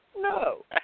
No